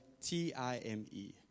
T-I-M-E